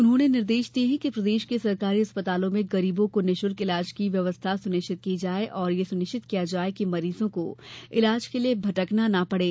उन्होंने निर्देश दिये हैं कि प्रदेश के सरकारी अस्पतालों में गरीबों को निःशुल्क इलाज की व्यवस्था सुनिश्चित की जाये और यह सुनिश्चित किया जाये की मरीजों को इलाज के लिये भटकना ना पड़े